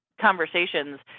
conversations